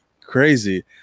crazy